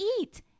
eat